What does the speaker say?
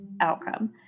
outcome